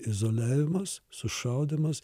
izoliavimas sušaudymas